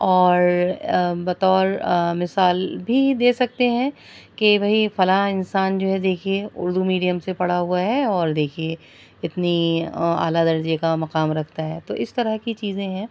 اور بطور آ مثال بھی دے سکتے ہیں کہ بھائی فلاں انسان جو ہے دیکھیے اردو میڈیم سے پڑھا ہوا ہے اور دیكھیے كتنی اعلیٰ درجے كا مقام ركھتا ہے تو اس طرح کی چیزیں ہیں